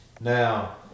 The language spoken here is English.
now